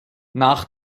nach